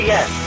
Yes